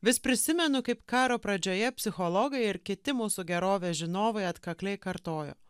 vis prisimenu kaip karo pradžioje psichologai ar kiti mūsų gerovės žinovai atkakliai kartojo